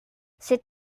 c’est